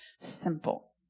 simple